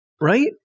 Right